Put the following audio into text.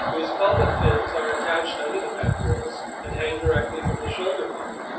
whose pelvic fins are attached under the pectorals and hang directly from the shoulder bone.